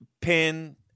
Pin